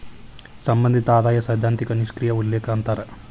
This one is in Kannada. ಸಂಬಂಧಿತ ಆದಾಯ ಸೈದ್ಧಾಂತಿಕ ನಿಷ್ಕ್ರಿಯ ಉಲ್ಲೇಖ ಅಂತಾರ